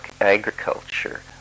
agriculture